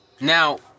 Now